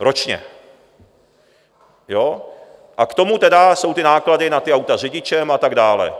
ročně, k tomu tedy jsou ty náklady na auta s řidičem a tak dále.